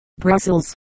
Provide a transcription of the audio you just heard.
Brussels